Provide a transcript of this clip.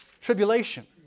Tribulation